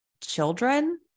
children